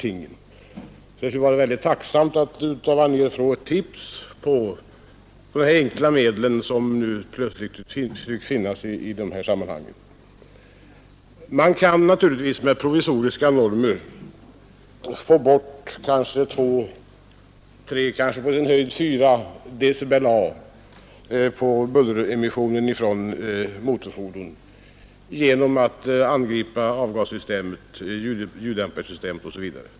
Jag skulle vara tacksam för att av fru Anér få ett tips på de enkla medel, som nu plötsligt tycks finnas i vad gäller bulleremissionen från motorfordon. Med provisoriska normer kan man naturligtvis få bort 2 å 3 på sin höjd kanske 4 dB av bulleremissionen från motorfordonen genom att angripa avgasoch ljuddämparsystemet osv.